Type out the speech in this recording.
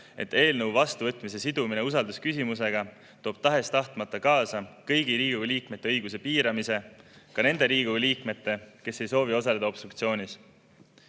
et eelnõu vastuvõtmise sidumine usaldusküsimusega toob tahes-tahtmata kaasa kõigi Riigikogu liikmete õiguste piiramise, ka nende Riigikogu liikmete, kes ei soovi osaleda obstruktsioonis.